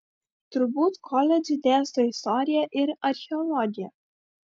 turbūt koledže dėsto istoriją ir archeologiją